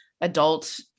adult